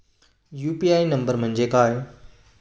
UPI number म्हणजे काय?